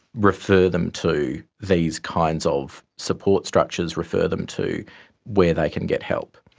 refer them to these kinds of support structures, refer them to where they can get help.